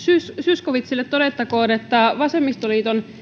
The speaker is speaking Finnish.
zyskowiczille todettakoon että vasemmistoliiton